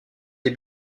des